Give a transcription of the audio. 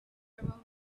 aroma